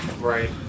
Right